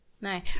No